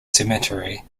cemetery